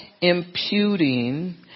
imputing